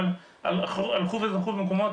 אבל זכו במקומות